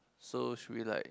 so should we like